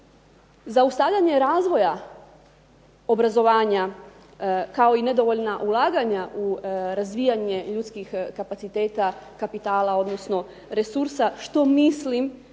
Zaustavljanje razvoja obrazovanja kao i nedovoljna ulaganja u razvijanje ljudskih kapaciteta, kapitala odnosno resursa što mislim